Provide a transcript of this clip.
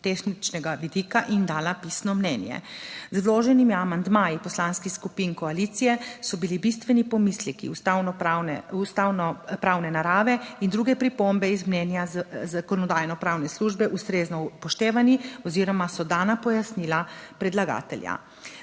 vidika in dala pisno mnenje. Z vloženimi amandmaji poslanskih skupin koalicije so bili bistveni pomisleki ustavnopravne, ustavnopravne narave in druge pripombe iz mnenja Zakonodajno-pravne službe ustrezno upoštevani oziroma so dana pojasnila predlagatelja.